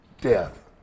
death